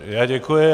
Já děkuji.